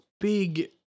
Big